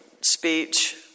speech